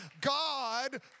God